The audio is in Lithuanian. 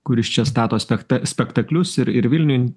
kuris čia stato spekta spektaklius ir ir vilniuj